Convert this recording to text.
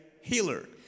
healer